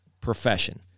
profession